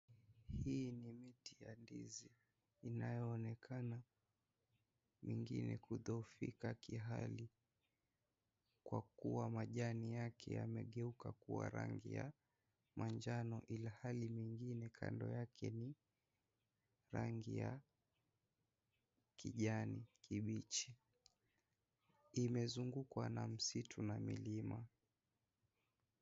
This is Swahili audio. Hii ni mti ya ndizi inayoonekana ingine kudhoofika kihali kwa kuwa majani yake yamegeuka kuwa rangi ya manjano ilhali mengine kando yake ni rangi ya kijani kibichi. Imezungukwa na misitu na milima.